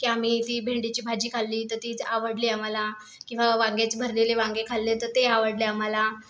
की आम्ही ती भेंडीची भाजी खाल्ली तर तीच आवडली आम्हाला किंवा वांग्याची भरलेले वांगे खाल्ले तर ते आवडले आम्हाला